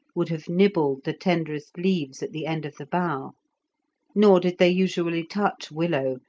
would have nibbled the tenderest leaves at the end of the bough nor did they usually touch willow,